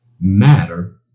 matter